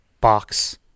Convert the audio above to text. box